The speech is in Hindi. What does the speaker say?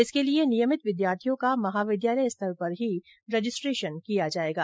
इसके लिए नियमित विद्यार्थियों का महाविद्यालय स्तर पर ही रजिस्ट्रेशन किया जाएगा